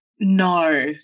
No